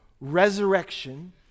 resurrection